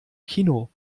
kino